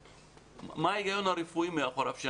מה ההיגיון הרפואי מאחורי זה?